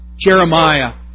Jeremiah